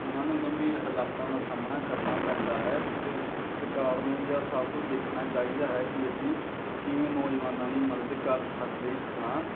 ਉਹਨਾਂ ਨੂੰ ਗੰਭੀਰ ਹਾਲਾਤਾਂ ਦਾ ਸਾਹਮਣਾ ਕਰਨਾ ਪੈਂਦਾ ਹੈ ਅਤੇ ਸਰਕਾਰ ਨੂੰ ਜਾ ਸਭ ਕੁਝ ਦੇਖਣਾ ਚਾਹੀਦਾ ਹੈ ਕਿ ਅਸੀਂ ਕਿਵੇਂ ਨੌਜਵਾਨਾਂ ਦੀ ਮਦਦ ਕਰ ਸਕਦੇ ਹਾਂ